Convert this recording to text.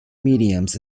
mediums